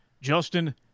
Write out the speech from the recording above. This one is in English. Justin